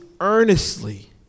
earnestly